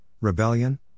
Rebellion